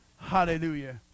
Hallelujah